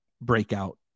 breakout